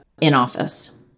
in-office